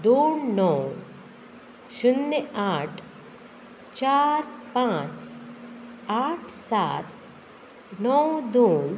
दोन णव शुन्य आठ चार पांच आठ सात णव दोन